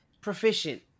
proficient